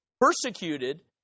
persecuted